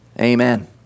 Amen